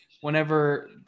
whenever